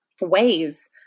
ways